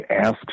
asked